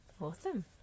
Awesome